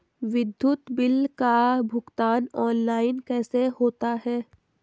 विद्युत बिल का भुगतान ऑनलाइन कैसे होता है?